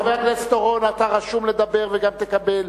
חבר הכנסת אורון, אתה רשום לדבר, וגם תקבל.